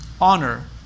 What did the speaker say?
Honor